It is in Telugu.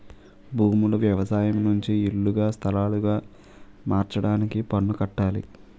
భూములు వ్యవసాయం నుంచి ఇల్లుగా స్థలాలుగా మార్చడానికి పన్ను కట్టాలి